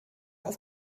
auf